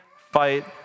fight